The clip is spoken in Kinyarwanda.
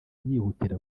yihutira